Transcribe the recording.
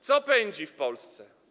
Co pędzi w Polsce?